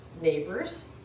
neighbors